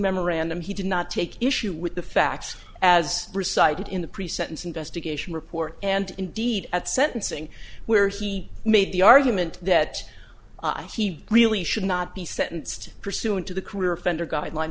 memorandum he did not take issue with the facts as recited in the pre sentence investigation report and indeed at sentencing where he made the argument that he really should not be sentenced pursuant to the career offender guideline